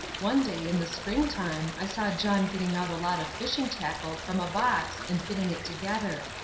one day in the spring-time i saw john getting out a lot of fishing tackle from a box and fitting it together.